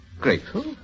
Grateful